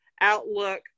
outlook